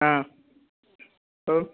ആ ഓ